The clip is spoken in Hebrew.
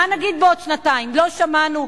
מה נגיד בעוד שנתיים, לא שמענו?